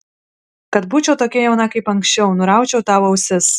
kad būčiau tokia jauna kaip anksčiau nuraučiau tau ausis